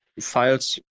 files